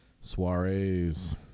soirees